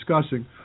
discussing